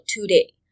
today